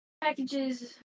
packages